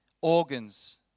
organs